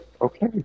Okay